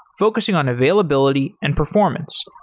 focusing on availability and performance.